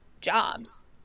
jobs